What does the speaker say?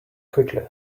quickly